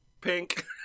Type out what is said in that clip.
Pink